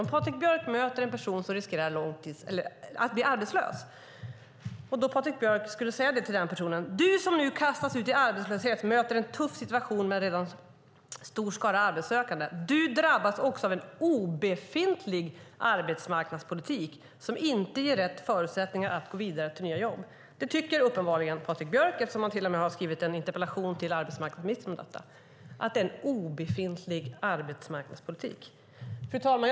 När Patrik Björck möter en person som riskerar att bli arbetslös säger han: Du som nu kastas ut i arbetslöshet möter en tuff situation med en redan stor skara arbetssökande. Du drabbas också av en obefintlig arbetsmarknadspolitik som inte ger rätt förutsättningar att gå vidare till nya jobb. Att det är en obefintlig arbetsmarknadspolitik tycker uppenbarligen Patrik Björck eftersom han har skrivit en interpellation till arbetsmarknadsministern om detta. Fru talman!